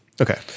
Okay